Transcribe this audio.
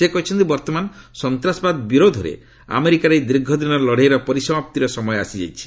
ସେ କହିଛନ୍ତି ବର୍ଭମାନ ସନ୍ତାସବାଦ ବିରୋଧରେ ଆମେରିକାର ଏହି ଦୀର୍ଘଦିନର ଲଡ଼େଇର ପରିସମାପ୍ତିର ସମୟ ଆସିଯାଇଛି